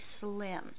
slim